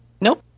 Nope